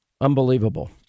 Unbelievable